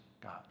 God